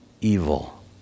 evil